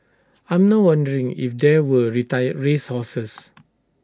I'm now wondering if they were retired race horses